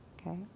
okay